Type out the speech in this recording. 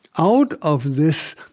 out of this